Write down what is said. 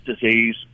disease